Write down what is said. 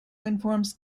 informs